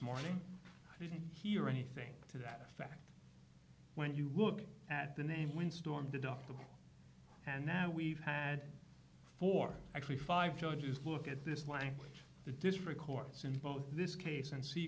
morning i didn't hear anything to that effect when you look at the name windstorm deductible we've had four actually five judges look at this language the district courts in both this case and see